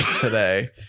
today